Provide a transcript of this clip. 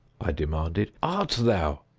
i demanded, art thou?